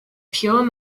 pure